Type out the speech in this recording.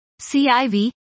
CIV